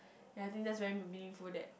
and I think that's very meaningful that